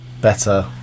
Better